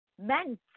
Men